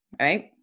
right